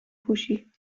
پوشی